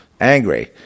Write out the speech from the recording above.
angry